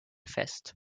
fest